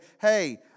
hey